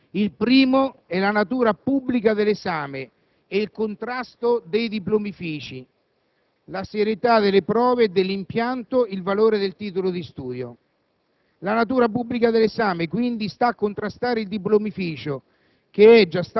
Ha detto: «Tre i punti qualificanti del presente provvedimento: il primo è la natura pubblica dell'esame e il contrasto dei «diplomifici», la serietà delle prove e dell'impianto, il valore del titolo di studio».